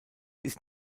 ist